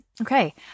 Okay